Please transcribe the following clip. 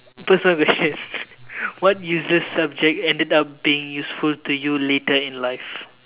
personal question what useless subject ended up being useful to you later in life